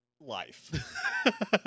life